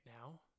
now